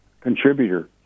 contributor